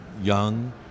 young